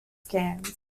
scans